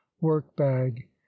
work-bag